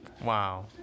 Wow